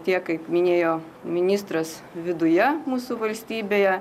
tiek kaip minėjo ministras viduje mūsų valstybėje